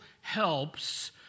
helps